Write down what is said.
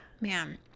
Man